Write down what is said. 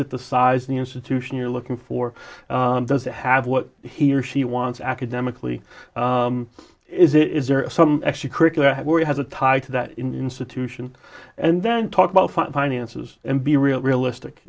that the size of the institution you're looking for does it have what he or she wants academically is it is there some extra curricular where he has a tie to that institution and then talk about finances and be real realistic